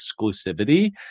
exclusivity